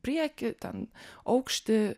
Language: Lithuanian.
priekį ten aukštį